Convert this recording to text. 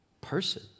person